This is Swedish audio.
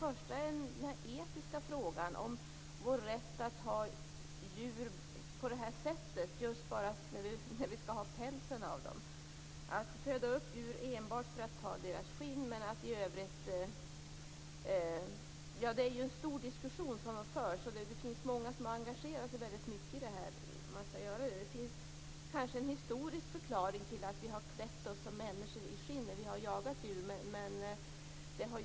Annika Åhnberg hänvisar till att man i Europarådet anser att man bör förbättra burarnas utformning medan det behövs mer forskning här i Sverige. Det är väldigt motsägelsefullt.